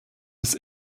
des